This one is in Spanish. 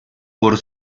por